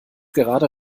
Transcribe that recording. gerade